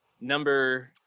number